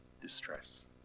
distress